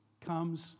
comes